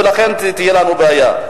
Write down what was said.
ולכן תהיה לנו בעיה.